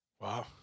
Wow